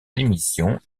l’émission